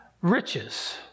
riches